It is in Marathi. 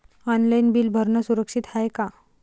ऑनलाईन बिल भरनं सुरक्षित हाय का?